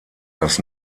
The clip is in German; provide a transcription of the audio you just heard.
dass